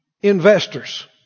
Investors